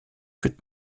wird